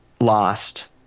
lost